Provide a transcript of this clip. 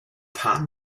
paar